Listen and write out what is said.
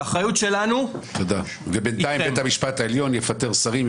האחריות שלנו -- ובינתיים בית המשפט העליון יפטר שרים,